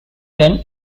then